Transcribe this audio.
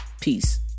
peace